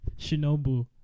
Shinobu